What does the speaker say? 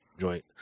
joint